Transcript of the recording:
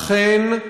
אכן,